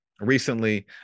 recently